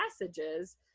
passages